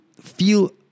feel